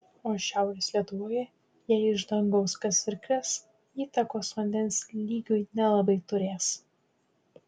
o šiaurės lietuvoje jei iš dangaus kas ir kris įtakos vandens lygiui nelabai turės